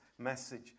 message